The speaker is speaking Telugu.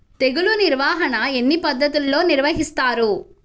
తెగులు నిర్వాహణ ఎన్ని పద్ధతుల్లో నిర్వహిస్తారు?